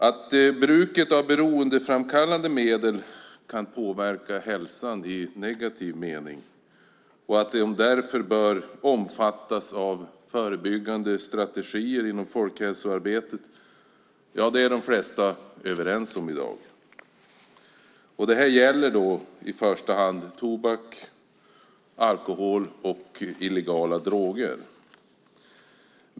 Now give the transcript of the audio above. Att bruket av beroendeframkallande medel kan påverka hälsan i negativ mening och att det därför bör omfattas av förebyggande strategier inom folkhälsoarbetet är de flesta överens om i dag. Det gäller i första hand tobak, alkohol och illegala droger.